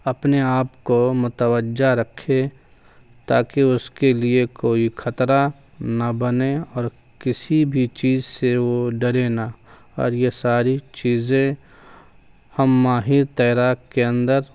اپنے آپ کو متوجہ رکھے تاکہ اس کے لیے کوئی خطرہ نہ بنے اور کسی بھی چیز سے وہ ڈرے نہ اور یہ ساری چیزیں ہم ماہر تیراک کے اندر